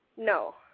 No